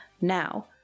Now